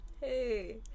hey